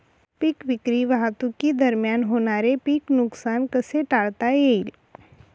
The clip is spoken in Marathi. पीक विक्री वाहतुकीदरम्यान होणारे पीक नुकसान कसे टाळता येईल?